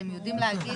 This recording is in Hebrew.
אתם יודעים להגיד?